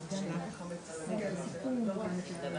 בשעה 13:40.